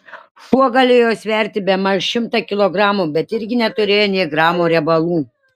šuo galėjo sverti bemaž šimtą kilogramų bet irgi neturėjo nė gramo riebalų